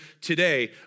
today